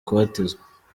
kubatizwa